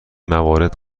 موارد